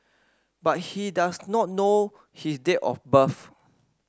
but he does not know his date of birth